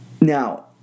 Now